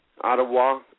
Ottawa